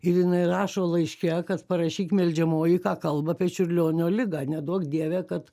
ir jinai rašo laiške kad parašyk meldžiamoji ką kalba apie čiurlionio ligą neduok dieve kad